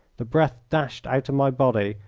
the breath dashed out of my body,